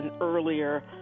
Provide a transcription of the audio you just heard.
earlier